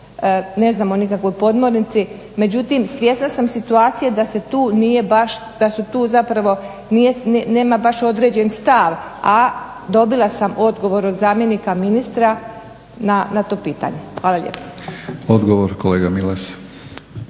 ne znam o nikakvoj podmornici, međutim svjesna sam situacije da se tu nije baš da se nema određene stav, a dobila sam odgovor od zamjenika ministra na to pitanje. Hvala lijepa. **Batinić, Milorad